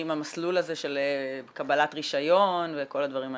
המסלול הזה של קבלת רישיון וכל הדברים האלה?